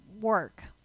work